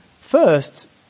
first